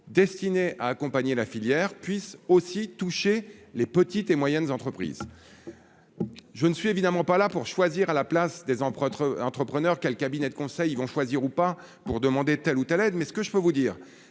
destiné à accompagner la filière puisse aussi toucher les petites et moyennes entreprises, je ne suis évidemment pas là pour choisir à la place des empreintes entrepreneur quel cabinet de conseil vont choisir ou pas pour demander telle ou telle aide mais ce que je peux vous dire,